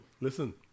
Listen